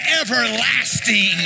everlasting